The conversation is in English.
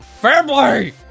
Family